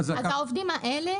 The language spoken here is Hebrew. העובדים האלה,